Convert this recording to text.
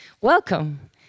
Welcome